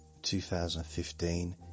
2015